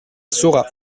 saurat